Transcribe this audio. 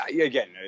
again